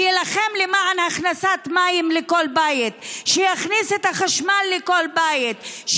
שיילחם למען הכנסת מים לכל בית; שיכניס את החשמל לכל בית,